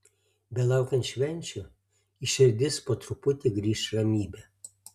belaukiant švenčių į širdis po truputį grįš ramybė